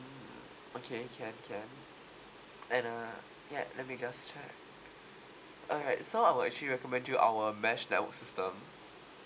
okay can can and uh yeah let me just check alright so I would actually recommend you our mesh network system